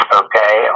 okay